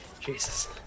Jesus